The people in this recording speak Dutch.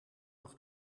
nog